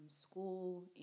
school